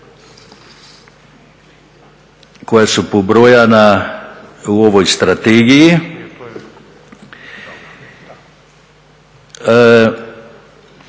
koja su pobrojena u ovoj strategiji,